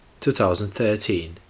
2013